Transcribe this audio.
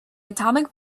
atomic